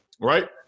right